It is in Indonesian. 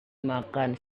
makan